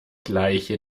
gleiche